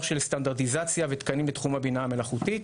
סטנדרטיזציה ותקנים בתחום הבינה המלאכותית.